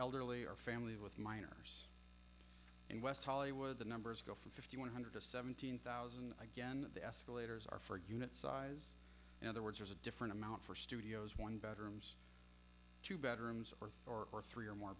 elderly or families with minors in west hollywood the numbers go from fifty one hundred to seventeen thousand again the escalators are for a unit size in other words there's a different amount for studios one bedrooms two bedrooms or thor or three or more